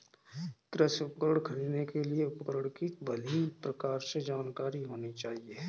कृषि उपकरण खरीदने के लिए उपकरण की भली प्रकार से जानकारी होनी चाहिए